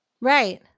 Right